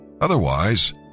Otherwise